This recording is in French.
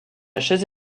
chaise